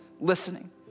listening